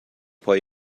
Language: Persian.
پای